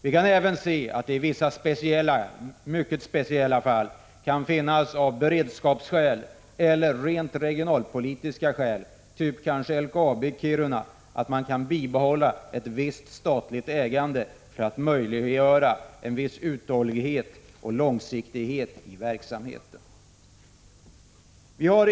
Vi kan även se att det i mycket speciella fall kan finnas beredskapsskäl eller rent regionalpolitiska skäl att bibehålla visst statligt ägande — kanske typ LKAB i Kiruna — för att möjliggöra en viss uthållighet eller långsiktighet i verksamheten.